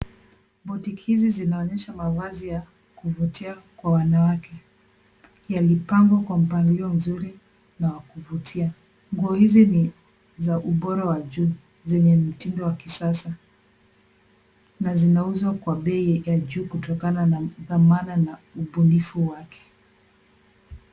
Boutique hizi zinaonyesha mavazi ya kuvutia kwa wanawake. Yalipangwa kwa mpangilio mzuri na wa kuvutia. Nguo hizi ni za ubora wa juu zenye mtindo wa kisasa na zinauzwa kwa bei ya juu kutokana na dhamana na ubunifu wake.